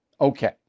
Okay